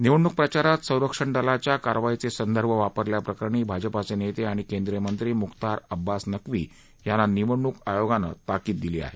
निवडणूक प्रचारात संरक्षण दलाच्या कारवाईचे संदर्भ वापरल्याप्रकरणी भाजपाचे नेते अणि केंद्रीय मंत्री मुख्तार अब्बास नक्वी यांना निवडणूक आयोगानं ताकीद दिली आहे